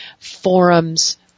forums